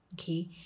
okay